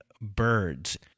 birds